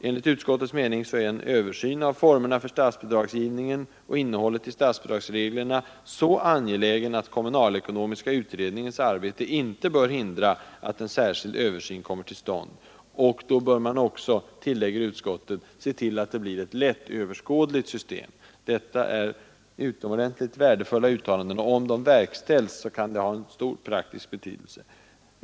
Enligt utskottets mening är en översyn av formerna för statsbidragsgivningen och innehållet i statsbidragsreglerna på området så angelägen att kommunalekonomiska utredningens arbete inte bör hindra att en särskild översyn kommer till stånd.” Då bör man också, tillägger utskottet, se till att det blir ett lättöverskådligt system. Detta är utomordentligt värdefulla uttalanden, och om de förverkligas kan de ha stor praktisk betydelse.